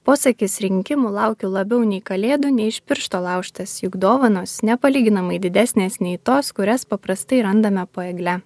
posakis rinkimų laukiu labiau nei kalėdų ne iš piršto laužtas juk dovanos nepalyginamai didesnės nei tos kurias paprastai randame po egle